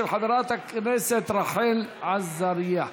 של חברת הכנסת רחל עזריה.